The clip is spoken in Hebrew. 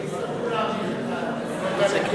יצטרכו להאריך את הסמכויות האלה,